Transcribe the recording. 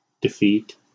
Defeat